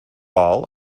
all